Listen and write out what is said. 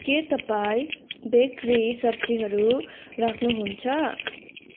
के तपाईँ बेकरी सब्जीहरू राख्नुहुन्छ